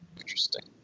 Interesting